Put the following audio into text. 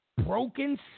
broken